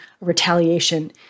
retaliation